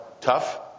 tough